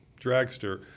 dragster